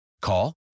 Call